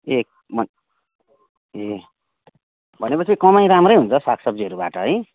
ए म ए भनेपछि कमाई राम्रै हुन्छ साग सब्जीहरूबाट है